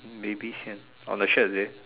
baby shirt on the shirt is it